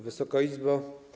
Wysoka Izbo!